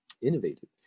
innovated